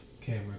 camera